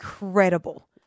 incredible